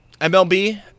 MLB